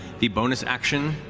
the bonus action,